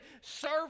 Serve